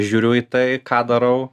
žiūriu į tai ką darau